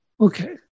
Okay